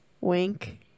Wink